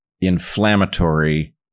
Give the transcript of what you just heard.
inflammatory